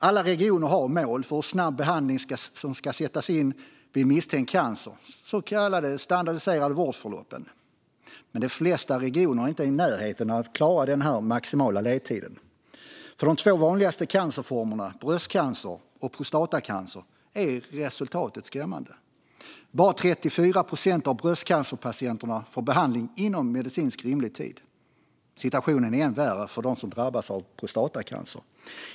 Alla regioner har mål för hur snabbt behandling ska sättas in vid misstänkt cancer, de så kallade standardiserade vårdförloppen. Men de flesta regioner är inte i närheten av att klara den här maximala ledtiden. För de två vanligaste cancerformerna, bröstcancer och prostatacancer, är resultatet skrämmande. Bara 34 procent av bröstcancerpatienterna får behandling inom medicinskt rimlig tid. Situationen är ännu värre för dem som drabbas av prostatacancer.